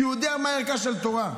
כי הוא יודע מה ערכה של תורה,